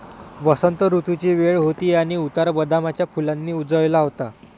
वसंत ऋतूची वेळ होती आणि उतार बदामाच्या फुलांनी उजळला होता